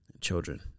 children